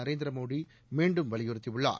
நரேந்திரமோடி மீண்டும் வலியுறுத்தியுள்ளார்